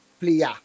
player